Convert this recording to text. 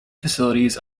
facilities